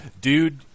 dude